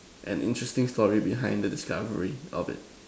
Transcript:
an interesting story behind the discovery of it